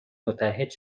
متعهد